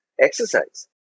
exercise